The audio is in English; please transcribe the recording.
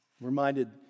reminded